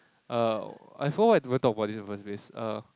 err I forgot why I even talk about this in the first place err